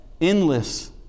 endless